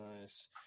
nice